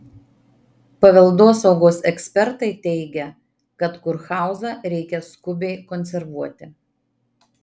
paveldosaugos ekspertai teigia kad kurhauzą reikia skubiai konservuoti